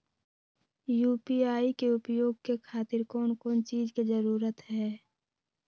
UPI के उपयोग के खातिर कौन कौन चीज के जरूरत है?